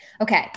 Okay